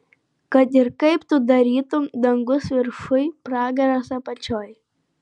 kad ir kaip tu darytum dangus viršuj pragaras apačioj